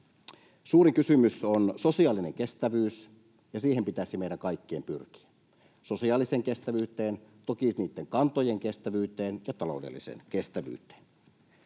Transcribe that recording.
Suuri kysymys on sosiaalinen kestävyys, ja siihen pitäisi meidän kaikkien pyrkiä, sosiaaliseen kestävyyteen, toki niitten kantojenkin kestävyyteen ja taloudelliseen kestävyyteen.